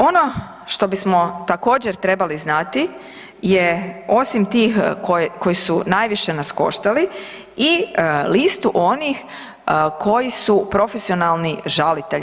Ono što bismo također trebali znati je osim tih koji su najviše nas koštali i listu onih koji su profesionalni žalitelji.